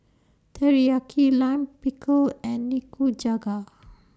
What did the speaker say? Teriyaki Lime Pickle and Nikujaga